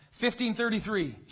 1533